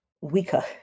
weaker